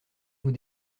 vous